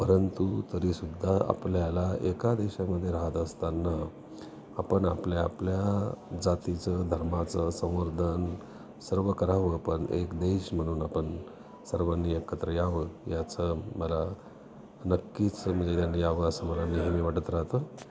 परंतु तरीसुद्धा आपल्याला एका देशामध्ये राहत असताना आपण आपल्या आपल्या जातीचं धर्माचं संवर्धन सर्व करावं आपण एक देश म्हनून आपन सर्वांनी एकत्र यावं याचं मला नक्कीच म्हणजे त्यांनी यावं असं मला नेहमी वाटत राहतं